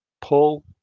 Paul